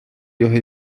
його